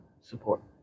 Support